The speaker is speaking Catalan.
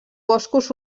boscos